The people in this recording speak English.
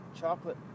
chocolate